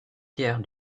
tiers